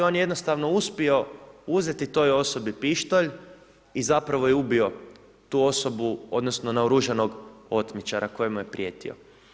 One je jednostavno uspio uzeti toj osobi pištolj i zapravo je ubio tu osobu odnosno naoružanog otmičara koji mu je prijetio.